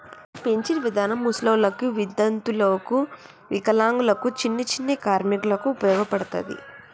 pension విధానం ముసలోళ్ళకి వితంతువులకు వికలాంగులకు చిన్ని చిన్ని కార్మికులకు ఉపయోగపడతది